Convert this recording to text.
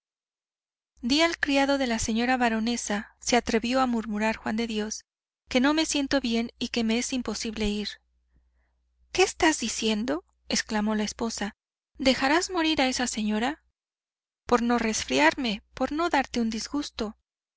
di al criado de la señora baronesa se atrevió a murmurar juan de dios que no me siento bien y que me es imposible ir qué estás diciendo exclamó la esposa dejarás morir a esa señora por no resfriarme por no darte un disgusto